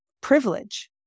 privilege